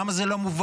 למה זה לא מובן?